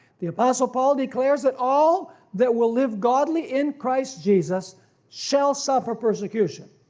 the apostle paul declares that all that will live godly in christ jesus shall suffer persecution.